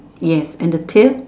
yes and the tail